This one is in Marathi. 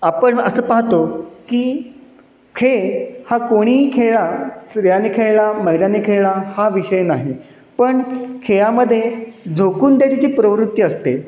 आपण असं पाहतो की खेळ हा कोणीही खेळला स्त्रियांनी खेळला महिलांनी खेळला हा विषय नाही पण खेळामध्ये झोकून द्यायची जी प्रवृत्ती असते